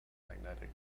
magnetic